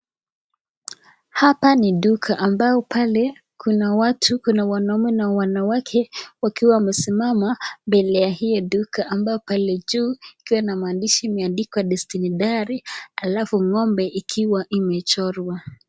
Hapa ni duka ambao pale kuna watu, kuna wanaume na wanawake wakiwa wamesimama mbele ya hii duka, ambayo pale juu ikiwa na maandishi imeandikwa Destuny dairies, alafu ngombe imechorwa.